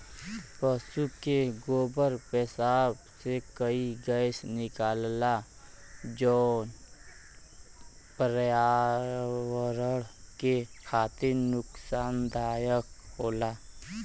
पसु के गोबर पेसाब से कई गैस निकलला जौन पर्यावरण के खातिर नुकसानदायक होला